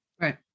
Right